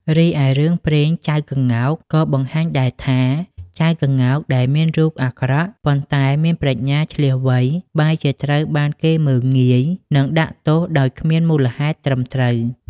រីឯរឿងព្រេង ចៅក្ងោក ក៏បង្ហាញដែរថា ចៅក្ងោកដែលមានរូបអាក្រក់ ប៉ុន្តែមានប្រាជ្ញាឈ្លាសវៃ បែរជាត្រូវបានគេមើលងាយ និងដាក់ទោសដោយគ្មានមូលហេតុត្រឹមត្រូវ។